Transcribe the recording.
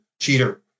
cheater